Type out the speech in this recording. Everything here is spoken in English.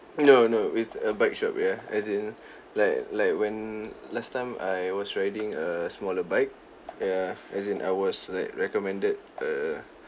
no no with a bike shop ya as in like like when last time I was riding a smaller bike ya as in I was like recommended a